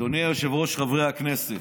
אדוני היושב-ראש, חברי הכנסת,